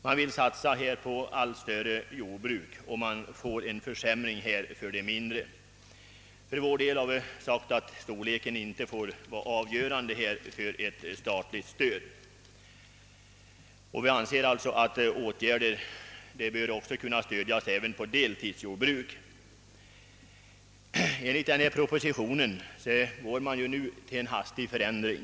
Man vill satsa på allt större jordbruk, medan de mindre skulle få försämrade villkor. Vi har uttalat oss för att storleken inte får vara avgörande för ett statligt stöd. Enligt vår mening bör även deltidsjordbruk kunna stödjas. Propositionens förslag innebär en hastig förändring.